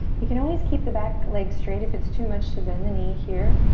you can always keep the back leg straight if it's too much to bend the knee here